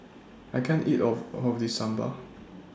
I can't eat of All of This Sambal